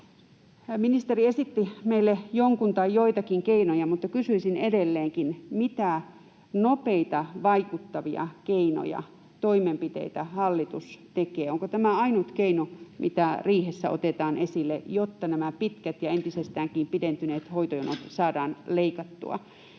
Ministeri esitti meille jonkun tai joitakin keinoja, mutta kysyisin edelleenkin: Mitä nopeita vaikuttavia keinoja, toimenpiteitä hallitus tekee? Onko tämä ainut keino, mitä riihessä otetaan esille, jotta nämä pitkät ja entisestäänkin pidentyneet hoitojonot saadaan leikattua?